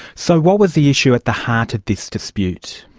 so what was the issue at the heart of this dispute?